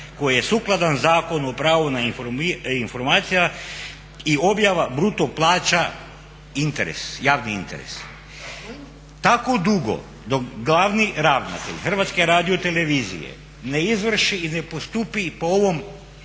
je sukladan Zakonu o pravu na informacije i objava bruto plaća interes, javni interes. Tako dugo dok glavni ravnatelj Hrvatske radiotelevizije ne izvrši i ne postupi po ovom